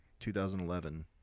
2011